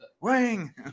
wing